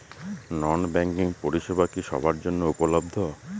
নন banking পরিষেবা কি সবার জন্য উপলব্ধ?